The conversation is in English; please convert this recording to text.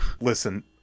listen